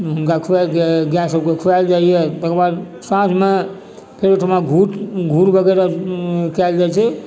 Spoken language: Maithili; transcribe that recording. हुनका खुआ कए गाए सबके खुआएल जाइए तकरा बाद साँझमे फेर ओहिठमा घूर वगैरह कयल जाइ छै